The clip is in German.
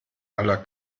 aller